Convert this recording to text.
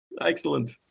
excellent